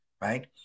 right